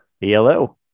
Hello